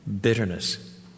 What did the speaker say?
Bitterness